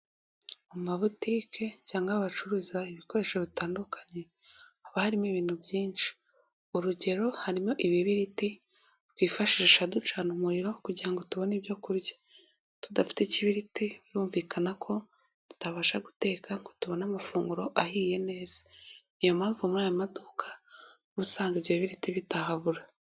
Amabutike cyangwa aho abacuruza ibikoresho bitandukanye haba harimo ibintu byinshi, urugero harimo ibibiriti twifashisha ducana umuriro kugira ngo tubone ibyo kurya, tudafite ikibiriti birumvikana ko tutabasha guteka ngo tubona amafunguro ahiye neza, ni iyo mpamvu muri aya maduka usanga ibyo bibiriti bitahabura.